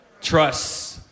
trust